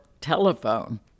telephone